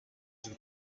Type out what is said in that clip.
шиг